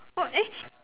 for eh